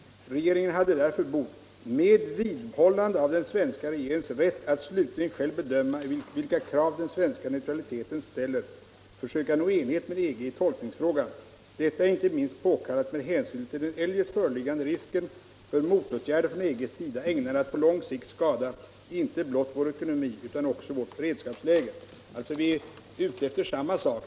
Regeringen hade därför bort, med vidhållande av den svenska regeringens rätt att slutligen själv bedöma vilka krav den svenska neutraliteten ställer, försöka nå enighet med EG i tolkningsfrågan. Detta är inte minst påkallat med hänsyn till den eljest föreliggande risken för motåtgärder från EG:s sida ägnade att på lång sikt skada inte blott vår ekonomi utan också vårt beredskapsläge.” Vi är alltså ute efter samma sak.